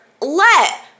let